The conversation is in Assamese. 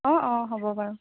অ' অ' হ'ব বাৰু